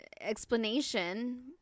explanation